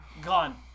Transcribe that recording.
Gone